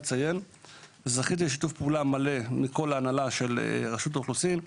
זכיתי לשיתוף פעולה מלא מהנהלת רשות האוכלוסין,